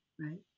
right